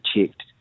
checked